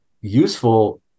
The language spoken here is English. useful